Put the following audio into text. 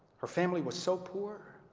her family was so poor